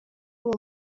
uwo